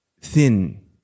thin